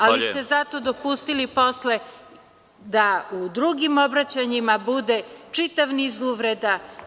Ali, zato ste dopustili posle da u drugim obraćanjima bude čitav niz uvreda.